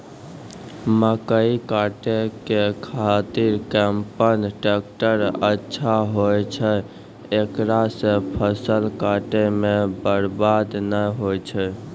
मकई काटै के खातिर कम्पेन टेकटर अच्छा होय छै ऐकरा से फसल काटै मे बरवाद नैय होय छै?